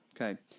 Okay